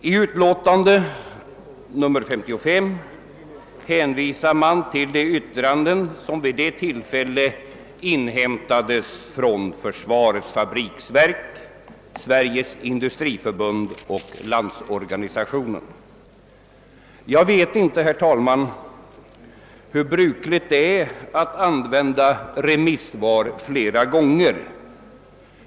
I utlåtandet nr 55 hänvisar utskottet till de yttranden som vid nämnda tillfälle hade inhämtats från försvarets fabriksverk, Sveriges industriförbund och Landsorganisationen. Jag vet inte, herr talman, hur brukligt det är att använda remissvar flera gånger.